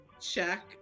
check